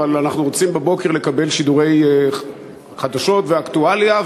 אבל אנחנו רוצים בבוקר לקבל שידורי חדשות ואקטואליה.